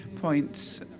points